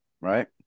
right